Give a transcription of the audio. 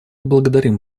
благодарим